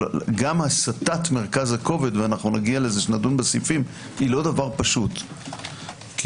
גם הסטת מרכז הכובד היא לא דבר פשוט כי